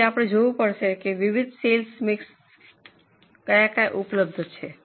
તેથી આપણે જોવું પડશે વિવિધ સેલ્સ મિક્સને જે ઉપલબ્ધ છે